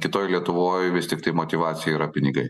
kitoj lietuvoj vis tiktai motyvacija yra pinigai